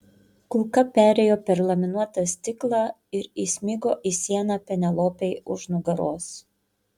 kulka perėjo per laminuotą stiklą ir įsmigo į sieną penelopei už nugaros